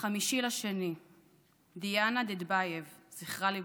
ב-5 בפברואר, דיאנה דדבייב, זכרה לברכה,